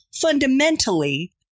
fundamentally